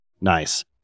Nice